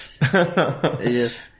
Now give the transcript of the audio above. Yes